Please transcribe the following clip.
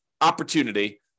opportunity